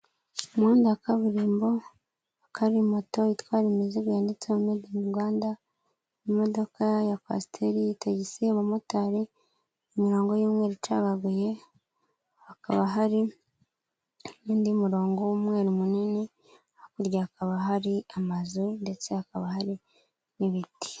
Umuhanda wa kaburimbo, hari moto itwara imizigo yanditseho mede in Rwanda, imodoka ya kwasiteri, tagisi, abamotari, imirongo y'umweru icagaguye, hakaba hari n'undi murongo w'umweru munini, hakurya hakaba hari amazu, ndetse hakaba hari n'ibiti.